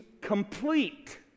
complete